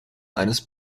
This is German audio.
eines